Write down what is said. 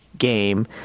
game